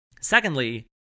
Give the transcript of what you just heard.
Secondly